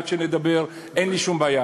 אני בעד שנדבר, אין לי שום בעיה.